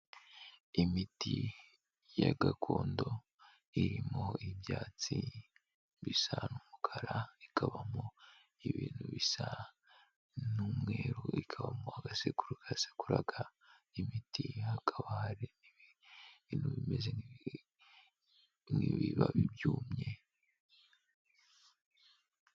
Imiti ya gakondo irimo ibyatsi bisa n'umukara, ikabamo ibintu bisa n'umweru, ikabamo agasekuru gasekuraga imiti, hakaba hari ibintu bimeze nk'ibibabi byumye.